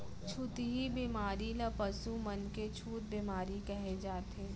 छुतही बेमारी ल पसु मन के छूत बेमारी कहे जाथे